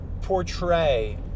portray